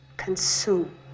consume